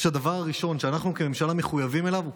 הדבר הראשון שאנחנו כממשלה מחויבים אליו הוא